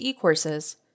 courses